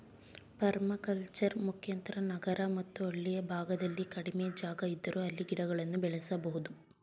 permaculture ಮುಖಾಂತರ ನಗರ ಮತ್ತು ಹಳ್ಳಿಯ ಭಾಗದಲ್ಲಿ ಕಡಿಮೆ ಜಾಗ ಇದ್ದರೂ ಅಲ್ಲಿ ಗಿಡಗಳನ್ನು ಬೆಳೆಸಬೋದು